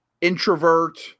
introvert